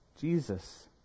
Jesus